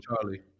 Charlie